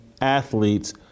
athletes